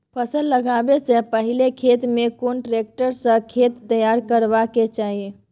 फसल लगाबै स पहिले खेत में कोन ट्रैक्टर स खेत तैयार करबा के चाही?